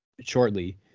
shortly